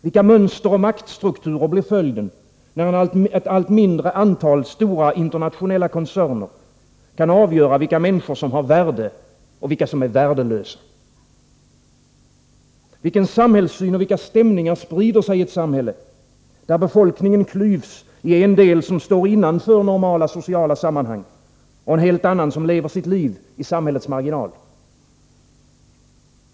Vilka mönster och vilka maktstrukturer blir följden, när ett allt mindre antal stora, internationella koncerner kan avgöra vilka människor som har värde och vilka som är värdelösa? Vilken samhällssyn och vilka stämningar sprider sig i ett samhälle, där befolkningen klyvs i en del som står innanför normala sociala sammanhang, och en helt annan som lever sitt liv i samhällets marginal?